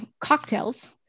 cocktails